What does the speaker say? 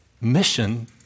Mission